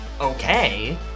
okay